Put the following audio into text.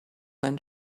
than